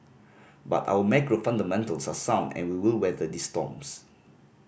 but our macro fundamentals are sound and we will weather these storms